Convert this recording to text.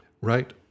Right